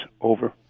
over